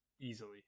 easily